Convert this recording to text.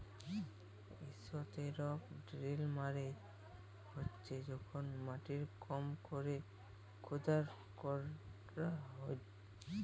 strip drill মালে হছে যখল মাটির কম ক্যরে খুদাই ক্যরা হ্যয়